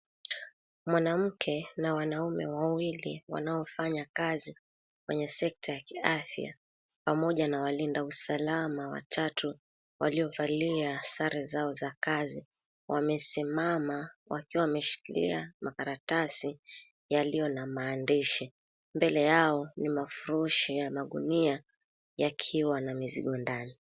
Mwanamke na wanaume wawili wanofanyakazi kwenye sekta ya kiafya pamoja na walinda usalama watatu waliovalia sare zao za kazi. Wamesimama wakiwa wameshikilia makaratasi yaliyo na maandishi. Mbele yao ni mafurushi ya magunia yakiwa na mizigo ndani.